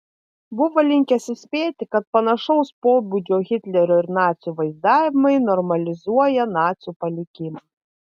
buvo linkęs įspėti kad panašaus pobūdžio hitlerio ir nacių vaizdavimai normalizuoja nacių palikimą